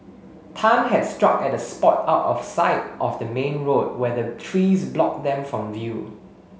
Tan had struck at a spot out of sight of the main road where the trees blocked them from view